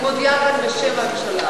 אני מודיעה כאן בשם הממשלה